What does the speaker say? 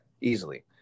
easily